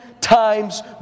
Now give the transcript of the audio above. times